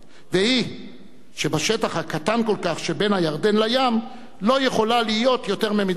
והיא שבשטח הקטן כל כך שבין הירדן לים לא יכולה להיות יותר ממדינה אחת.